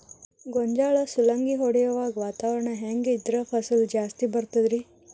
ಗೋಂಜಾಳ ಸುಲಂಗಿ ಹೊಡೆಯುವಾಗ ವಾತಾವರಣ ಹೆಂಗ್ ಇದ್ದರ ಫಸಲು ಜಾಸ್ತಿ ಬರತದ ರಿ?